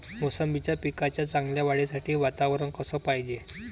मोसंबीच्या पिकाच्या चांगल्या वाढीसाठी वातावरन कस पायजे?